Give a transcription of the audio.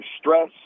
stress